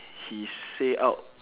he say out